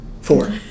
four